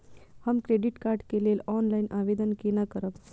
हम credit card के लेल ऑनलाइन आवेदन केना करब?